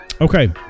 Okay